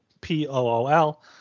P-O-O-L